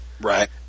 Right